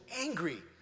angry